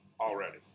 Already